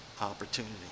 opportunity